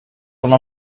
one